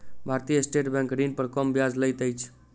भारतीय state bank ऋण पर कम ब्याज लैत अछि